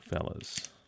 fellas